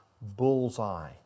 bullseye